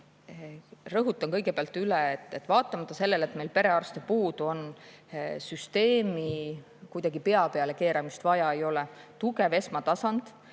Rõhutan kõigepealt üle, et vaatamata sellele, et meil on perearste puudu, süsteemi kuidagi pea peale keerata vaja ei ole. Tugev esmatasand,